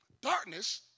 Darkness